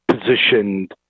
positioned